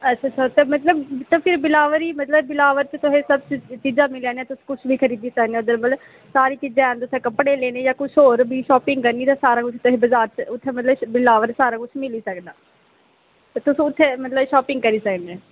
ते तुस मतलब की बिलावर इस टाईम ते कुसलै खरीदी सकने मतलब सारी चीज़ां हैन मतलब तुसें कपड़े लैने जां होर बी तुसें शॉपिंग करनी ते मतलब सारा किश तुसेंगी मिली जाना ते तुस उत्थें मतलब शॉपिंग करी सकने